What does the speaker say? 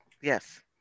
Yes